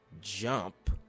jump